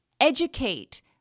educate